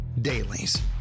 Dailies